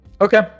Okay